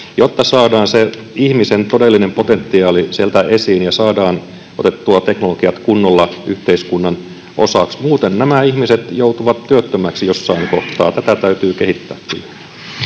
jotta saadaan se ihmisen todellinen potentiaali sieltä esiin ja saadaan otettua teknologiat kunnolla yhteiskunnan osaksi. Muuten nämä ihmiset joutuvat työttömäksi jossain kohtaa. Tätä täytyy kehittää